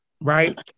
Right